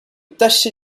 tâcher